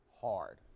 hard